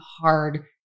hard